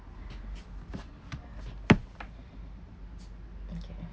okay